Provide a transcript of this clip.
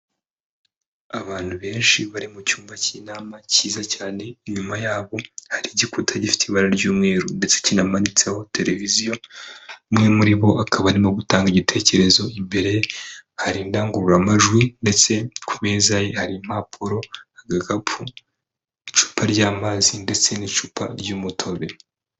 Abantu benshi bari mu cyumba k'inama cyiza cyane, inyuma yabo hari igikuta gifite ibara ry'umweru ndetse kinamanitseho televiziyo, umwe muri bo akaba arimo gutanga igitekerezo, imbere hari indangururamajwi ndetse ku meza ye hari impapuro, agakapu, icupa ry'amazi ndetse n'icupa ry'umutobe.